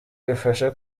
bifasha